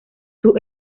sus